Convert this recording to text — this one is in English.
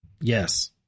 yes